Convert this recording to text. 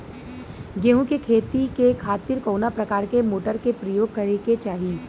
गेहूँ के खेती के खातिर कवना प्रकार के मोटर के प्रयोग करे के चाही?